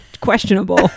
questionable